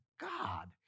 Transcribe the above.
God